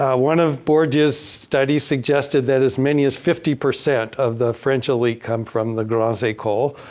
ah one of bourdieu's studies suggested that as many as fifty percent of the french elite come from the grandes ecoles.